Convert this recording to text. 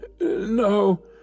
No